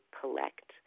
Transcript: collect